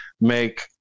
make